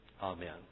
Amen